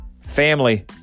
family